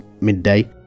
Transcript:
midday